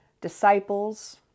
disciples